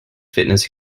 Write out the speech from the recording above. fitness